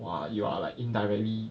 !wah! you are like indirectly